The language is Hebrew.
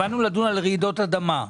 באנו לדון על רעידות אדמה.